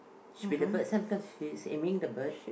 should be the birds sometimes he's aiming the bird